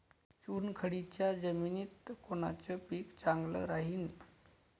चुनखडीच्या जमिनीत कोनचं पीक चांगलं राहीन?